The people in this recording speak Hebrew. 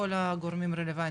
לכל הגורמים הרלוונטיים.